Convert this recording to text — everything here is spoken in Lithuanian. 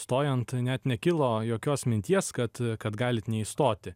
stojant net nekilo jokios minties kad kad galit neįstoti